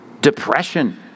depression